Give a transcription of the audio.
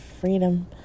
freedom